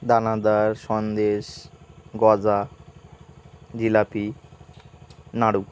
দানাদার সন্দেশ গজা জিলাপি নাড়ু